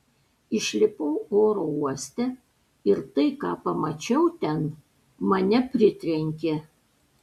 išlipau oro uoste ir tai ką pamačiau ten mane pritrenkė